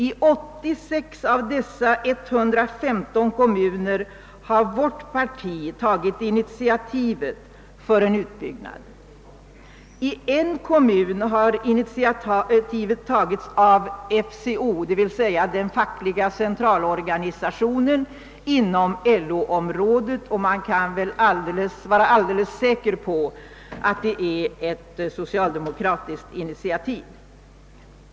I 89 av dessa 115 kommuner har vårt parti tagit initiativet till en utbyggnad. I en kommun har initiativet tagits av FCO, dvs. den fackliga - centralorganisationen inom LO-området, och man kan väl vara alldeles säker på att det är ett socialdemokratiskt initiativ.